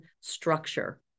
structure